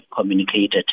communicated